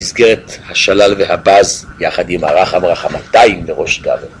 מסגרת השלל והבאז, יחד עם הרחב רחמתיים לראש גבי.